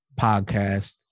podcast